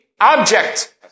object